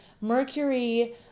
Mercury